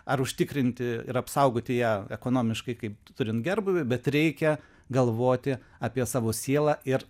ar užtikrinti ir apsaugoti ją ekonomiškai kaip turint gerbūvį bet reikia galvoti apie savo sielą ir